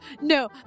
No